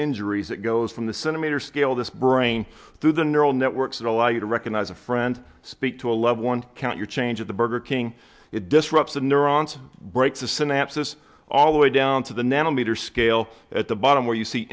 injuries that goes from the centimeter scale this brain to the neural networks that allow you to recognize a friend speak to a loved one count your change of the burger king it disrupts the neurons to break the synapses all the way down to the nanometer scale at the bottom where you see